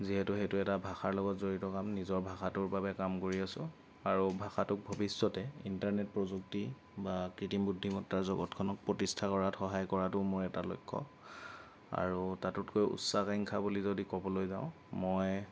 যিহেতু সেইটো এটা ভাষাৰ লগত জড়িত কাম নিজৰ ভাষাটোৰ বাবে কাম কৰি আছোঁ আৰু ভাষাটোক ভৱিষ্যতে ইণ্টাৰনেট প্ৰযুক্তি বা কৃত্ৰিম বুদ্ধিমত্তাৰ জগতখনত প্ৰতিষ্ঠা কৰাত সহায় কৰাটো মোৰ এটা লক্ষ্য আৰু তাতোকৈ উচ্চাকাংক্ষা বুলি যদি কবলৈ যাওঁ মই